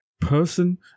person